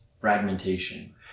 fragmentation